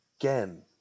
again